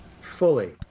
fully